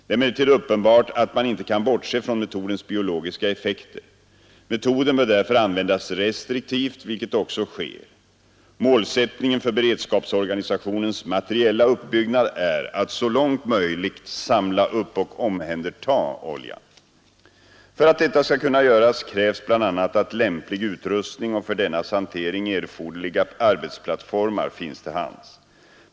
Det är emellertid uppenbart att man inte kan bortse från metodens biologiska effekter. Metoden bör därför användas restriktivt, vilket också sker. Målsättningen för beredskapsorganisationens materiella uppbyggnad är att så långt möjligt samla upp och omhänderta oljan. För att detta skall kunna göras krävs bl.a. att lämplig utrustning och för dennas hantering erforderliga arbetsplattformar finns till hands.